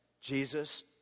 Jesus